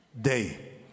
day